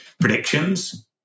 predictions